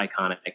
iconic